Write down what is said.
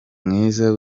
mwiza